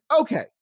Okay